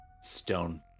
stone